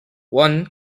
one